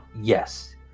yes